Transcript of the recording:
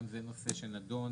גם זה נושא שנדון